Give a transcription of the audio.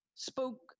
spoke